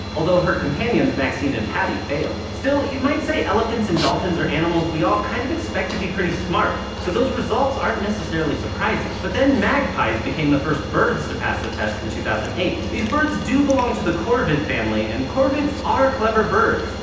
although her companions maxine and patty failed. still, you might say elephants and dolphins are animals we all kind of expect to be pretty smart, so those results aren't necessarily surprising. but then magpies became the first birds to pass the test in two thousand and eight. these birds do belong to the corvid family, and corvids are clever birds,